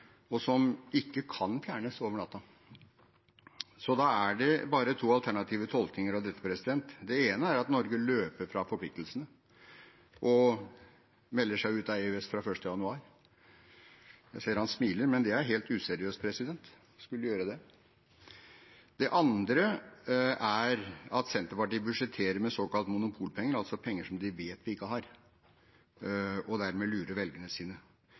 og som ikke kan fjernes over natta. Så da er det bare to alternative tolkninger av dette. Den ene er at Norge løper fra forpliktelsene og melder seg ut av EØS fra 1. januar – jeg ser representanten smiler, men det er helt useriøst å skulle gjøre det. Den andre er at Senterpartiet budsjetterer med såkalte monopolpenger, altså penger som de vet vi ikke har, og dermed lurer velgerne sine.